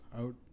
out